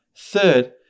Third